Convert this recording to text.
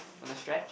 wanna stretch